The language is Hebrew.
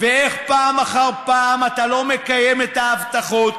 ואיך פעם אחר פעם אתה לא מקיים את ההבטחות,